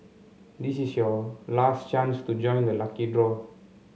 this is your last chance to join the lucky draw